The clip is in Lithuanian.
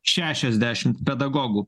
šešiasdešimt pedagogų